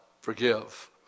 forgive